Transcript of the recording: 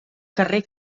carrer